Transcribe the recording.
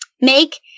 make